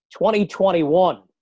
2021